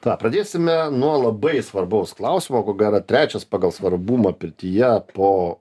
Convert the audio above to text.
tą pradėsime nuo labai svarbaus klausimo ko gero trečias pagal svarbumą pirtyje po